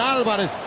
Álvarez